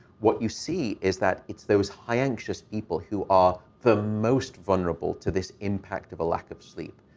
what you see is that it's those high-anxious people who are the most vulnerable to this impact of a lack of sleep.